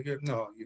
no